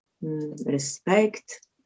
respect